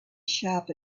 sharp